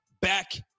Back